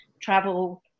travel